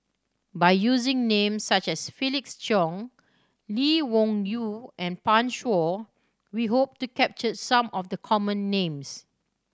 by using names such as Felix Cheong Lee Wung Yew and Pan Shou we hope to capture some of the common names